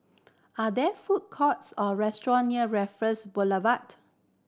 are there food courts or restaurant near Raffles Boulevard